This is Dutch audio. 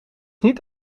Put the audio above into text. niet